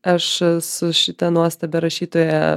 aš su šita nuostabia rašytoja